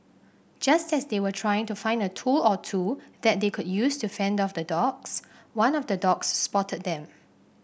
just as they were trying to find a tool or two that they could use to fend off the dogs one of the dogs spotted them